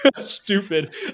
stupid